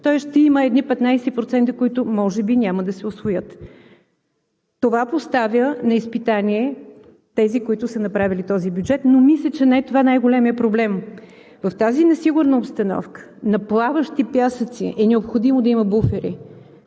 тоест ще има едни 15%, които може би няма да се усвоят. Това поставя на изпитание тези, които са направили този бюджет. Но мисля, че не това е най-големият проблем. В тази несигурна обстановка, на плаващи пясъци, е необходимо да има буфери.